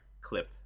Clip